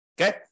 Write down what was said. Okay